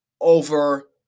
over